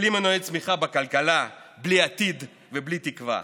בלי מנועי צמיחה בכלכלה, בלי עתיד ובלי תקווה.